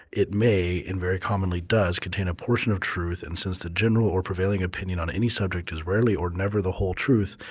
it may and very commonly does contain a portion of truth and since the general or prevailing opinion on any subject is rarely or never the whole truth,